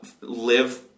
live